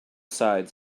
sides